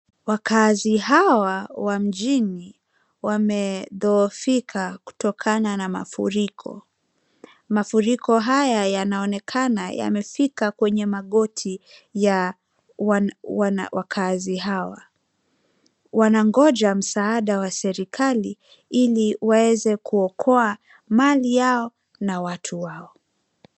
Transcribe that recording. Wakaazi hawa wa mjini wamedhoofika kutokana na mafuriko. Mafuriko haya yanaonekaana yamefika kwenye magoti ya wakaazi hawa. Wanangoja msaada wa serekali ili waeze kuokoa mali yao na watu wao.